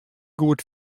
goed